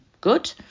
good